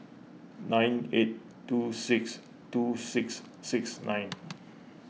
nine eight two six two six six nine